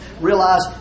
Realize